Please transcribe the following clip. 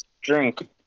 drink